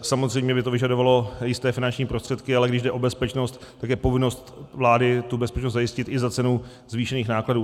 Samozřejmě by to vyžadovalo jisté finanční prostředky, ale když jde o bezpečnost, tak je povinnost vlády tu bezpečnost zajistit i za cenu zvýšených nákladů.